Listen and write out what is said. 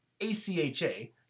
ACHA